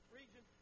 region